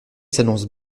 s’annonce